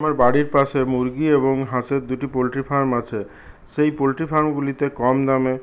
আমার বাড়ির পাশে মুরগি এবং হাঁসের দুটি পোলট্রি ফার্ম আছে সেই পোলট্রি ফার্মগুলিতে কম দামে